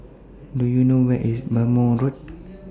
Do YOU know Where IS Bhamo Road